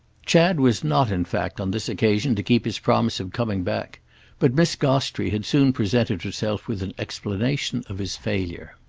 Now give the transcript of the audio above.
chad was not in fact on this occasion to keep his promise of coming back but miss gostrey had soon presented herself with an explanation of his failure.